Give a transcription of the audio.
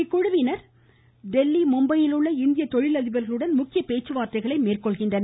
இக்குழுவினர் தில்லி மும்பையில் உள்ள இந்திய தொழிலதிபர்களுடன் முக்கிய பேச்சுவார்த்தைகளை மேற்கொள்கின்றனர்